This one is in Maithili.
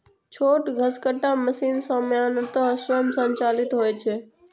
छोट घसकट्टा मशीन सामान्यतः स्वयं संचालित होइ छै